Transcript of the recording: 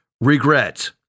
regret